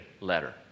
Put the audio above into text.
letter